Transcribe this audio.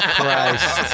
Christ